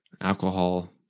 alcohol